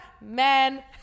men